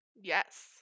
Yes